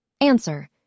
Answer